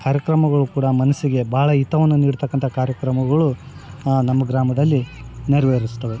ಕಾರ್ಯಕ್ರಮಗಳು ಕೂಡ ಮನಸ್ಸಿಗೆ ಭಾಳ ಹಿತವನ್ನು ನೀಡ್ತಕ್ಕಂಥ ಕಾರ್ಯಕ್ರಮಗಳು ನಮ್ಮ ಗ್ರಾಮದಲ್ಲಿ ನೆರವೇರಿಸ್ತೇವೆ